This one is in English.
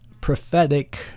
prophetic